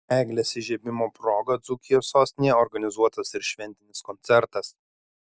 eglės įžiebimo proga dzūkijos sostinėje organizuotas ir šventinis koncertas